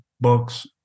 books